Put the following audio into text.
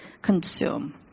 consume